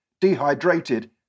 Dehydrated